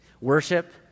Worship